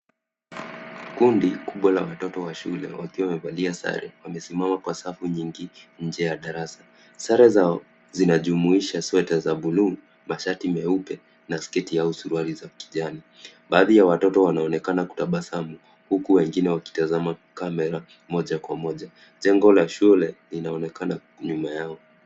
Kundi kubwa la watot wa shule wakiwa wamevalia sare wamesimama kwa safu nyingi nje ya darasa, sare zao zinajumuisha sweta za buluu, mashati meupe na sketi au suruali za kijani, baadhi ya watoto wanaonekana kutabasamu huku wengine wakitazama kamera moja kwa moja jengo ya shule inaonekana nyuma yao.